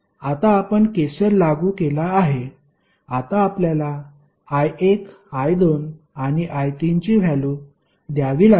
आता आपण KCL लागू केला आहे आता आपल्याला I1 I2 आणि I3 ची व्हॅल्यु द्यावी लागेल